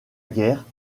guerre